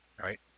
right